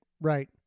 right